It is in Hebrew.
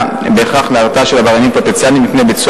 בהכרח להרתעה של עבריינים פוטנציאליים מפני ביצוע